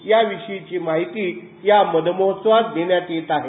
या विषयीची माहिती या मधमहोत्सवात देण्यात येत आहे